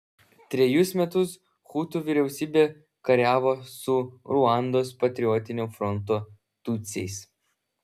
trejus metus hutų vyriausybė kariavo su ruandos patriotinio fronto tutsiais